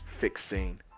fixing